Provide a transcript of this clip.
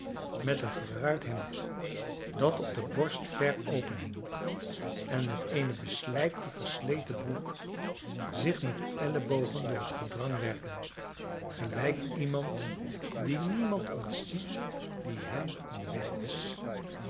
met een geruit hemd dat op de borst ver openhing en met eene beslijkte versleten broek zich met de ellebogen door het gedrang werken gelijk iemand die niemand ontziet die hem in den weg is